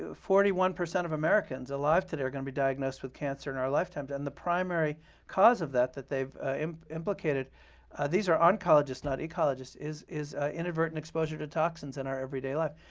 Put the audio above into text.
forty one percent of americans alive today are going to be diagnosed with cancer in our lifetimes. and the primary cause of that that they've implicated these are oncologists, not ecologists is is inadvertent exposure to toxins in our everyday life.